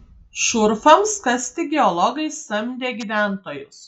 šurfams kasti geologai samdė gyventojus